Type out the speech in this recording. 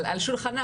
על שולחנה.